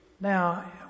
Now